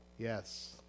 Yes